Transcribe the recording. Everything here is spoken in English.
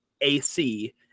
AC